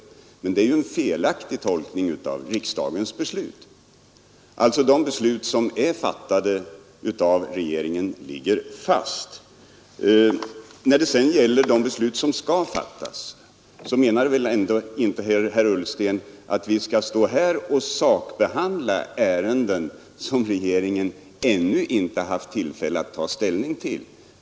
Det är en felaktig tolkning av riksdagens beslut. De beslut som är fattade av regeringen ligger alltså fast. När det sedan gäller de beslut som skall fattas menar väl ändå inte herr Ullsten att vi skall stå här och sakbehandla ärenden, som regeringen har att ta ställning till?